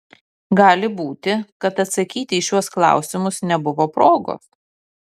gali būti kad atsakyti į šiuos klausimus nebuvo progos